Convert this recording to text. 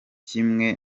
kimwe